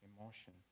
emotion